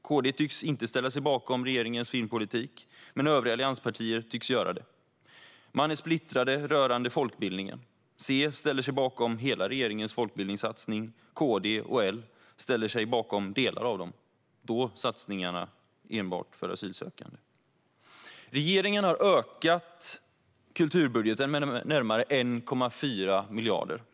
KD tycks inte ställa sig bakom regeringens filmpolitik, men övriga allianspartier verkar göra det. De är splittrade rörande folkbildningen. C ställer sig bakom regeringens hela folkbildningssatsning. KD och L ställer sig bakom delar av den, exempelvis satsningarna på enbart asylsökande. Regeringen har ökat kulturbudgeten med närmare 1,4 miljarder kronor.